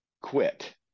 quit